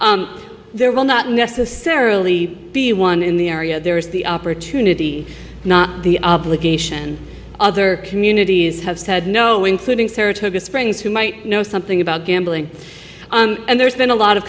there will not necessarily be one in the area there is the opportunity the obligation other communities have said no including saratoga springs who might know something about gambling and there's been a lot of